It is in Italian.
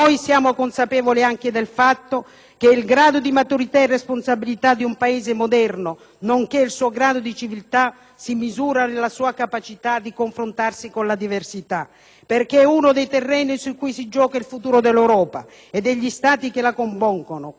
che il grado di maturità e responsabilità di un Paese moderno, nonché il suo grado di civiltà, si misura nella sua capacità di confrontarsi con la diversità. È uno dei terreni su cui si gioca il futuro dell'Europa e degli Stati che la compongono. Questo è quindi il Patto italiano